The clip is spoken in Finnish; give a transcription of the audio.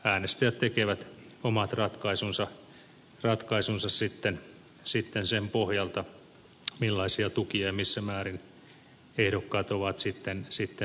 äänestäjät tekevät sitten omat ratkaisunsa sen pohjalta millaisia tukia ja missä määrin ehdokkaat ovat saaneet